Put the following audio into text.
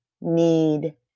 need